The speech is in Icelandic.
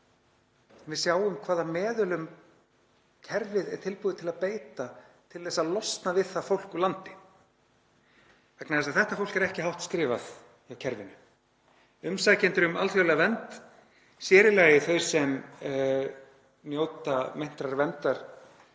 við sjáum hvaða meðulum kerfið er tilbúið til að beita til þess að losna við það fólk úr landi, vegna þess að þetta fólk er ekki hátt skrifað hjá kerfinu. Umsækjendur um alþjóðlega vernd, sér í lagi þau sem njóta meintrar verndar